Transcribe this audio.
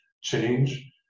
change